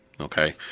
Okay